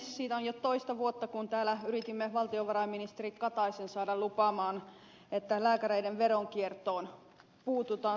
siitä on jo toista vuotta kun täällä yritimme valtiovarainministeri kataisen saada lupaamaan että lääkäreiden veronkiertoon puututaan